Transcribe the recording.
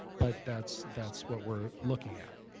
but that's that's what we're looking at.